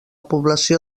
població